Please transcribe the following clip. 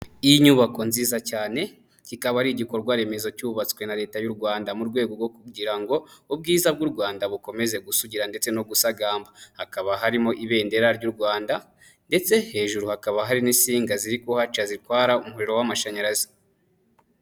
Inyubako nziza cyane kikaba ari igikorwa remezo cyubatswe na Leta y'u Rwanda mu rwego rwo kugira ngo ubwiza bw'u Rwanda bukomeze gusugira ndetse no gusagamba, hakaba harimo Ibendera ry'u Rwanda ndetse hejuru hakaba hari n'insinga ziri kuhaca zitwara umuriro w'amashanyarazi.